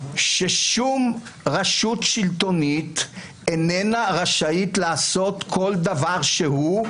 ששום רשות שלטונית איננה רשאית לעשות כל דבר שהוא,